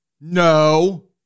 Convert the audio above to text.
no